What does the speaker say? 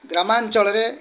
ଗ୍ରାମାଞ୍ଚଳରେ